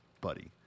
buddy